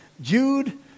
Jude